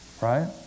right